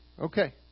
Okay